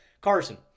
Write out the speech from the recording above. Carson